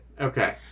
Okay